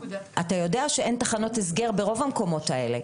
אתה יודע שאין תחנות הסגר ברוב המקומות האלה.